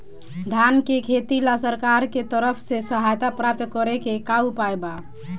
धान के खेती ला सरकार के तरफ से सहायता प्राप्त करें के का उपाय बा?